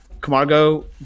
Camargo